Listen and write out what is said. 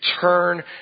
turn